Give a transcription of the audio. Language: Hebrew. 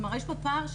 יש פה פער,